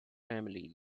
family